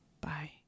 Bye